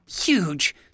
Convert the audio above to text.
huge